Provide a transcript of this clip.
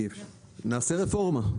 נעשה רפורמה.